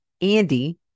Andy